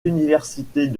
universités